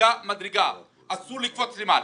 מדריגה מדריגה, אסור לקפוץ למעלה.